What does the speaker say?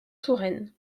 touraine